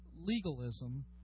legalism